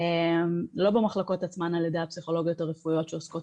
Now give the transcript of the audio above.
לא במחלקות עצמן על ידי הפסיכולוגיות הרפואיות שעוסקות